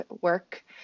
work